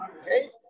Okay